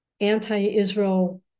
anti-Israel